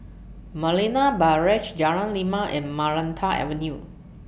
Marina Barrage Jalan Lima and Maranta Avenue